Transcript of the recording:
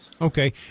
Okay